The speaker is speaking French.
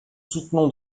soutenons